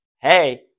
hey